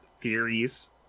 Theories